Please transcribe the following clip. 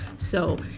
so,